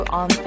on